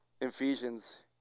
Ephesians